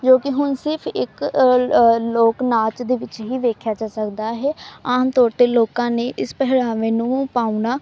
ਜੋ ਕਿ ਹੁਣ ਸਿਰਫ਼ ਇੱਕ ਲੋਕ ਨਾਚ ਦੇ ਵਿੱਚ ਹੀ ਦੇਖਿਆ ਜਾ ਸਕਦਾ ਹੈ ਆਮ ਤੌਰ 'ਤੇ ਲੋਕਾਂ ਨੇ ਇਸ ਪਹਿਰਾਵੇ ਨੂੰ ਪਾਉਣਾ